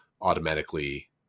automatically